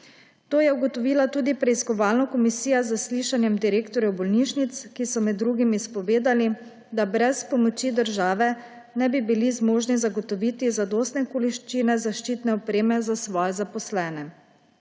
To je ugotovila tudi preiskovalna komisija z zaslišanjem direktorjev bolnišnic, ki so med drugim izpovedali, da brez pomoči države ne bi bili zmožni zagotoviti zadostne količine zaščitne opreme za svoje zaposlene.